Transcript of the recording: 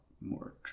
more